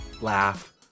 laugh